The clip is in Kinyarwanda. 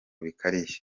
bikarishye